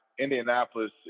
Indianapolis